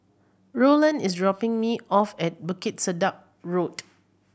Roland is dropping me off at Bukit Sedap Road